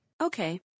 Okay